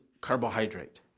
carbohydrate